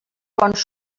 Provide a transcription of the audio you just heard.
bons